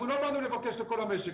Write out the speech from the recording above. אנחנו לא באנו לבקש לכל המשק,